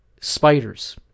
spiders